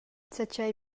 zatgei